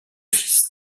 fils